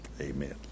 Amen